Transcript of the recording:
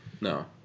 No